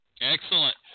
Excellent